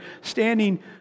standing